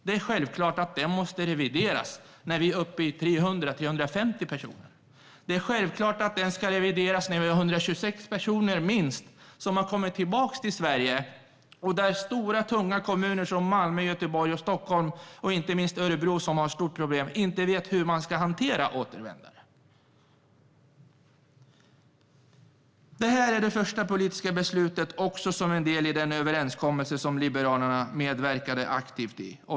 Det är självklart att den måste revideras när vi är uppe i 300-350 personer. Det är självklart att den ska revideras när vi har minst 126 personer som har kommit tillbaka till Sverige, och där stora tunga kommuner som Malmö, Göteborg, Stockholm och inte minst Örebro, som har ett stort problem, inte vet hur man ska hantera återvändare. Det här är också det första politiska beslutet som är en del i den överenskommelse som Liberalerna aktivt medverkade till.